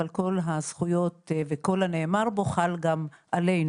אבל כל הזכויות וכל הנאמר בו חל גם עלינו.